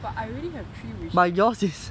but I already have three wishes